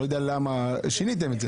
אני לא יודע למה שיניתם את זה.